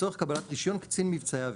לצורך קבלת רישיון קצין מבצעי אויר: